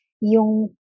yung